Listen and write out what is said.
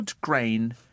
grain